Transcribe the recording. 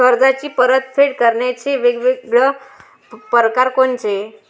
कर्जाची परतफेड करण्याचे वेगवेगळ परकार कोनचे?